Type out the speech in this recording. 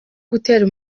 gutera